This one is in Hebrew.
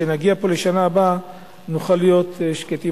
שנגיע פה לשנה הבאה ונוכל להיות שקטים